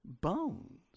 bones